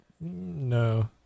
No